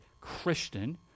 Christian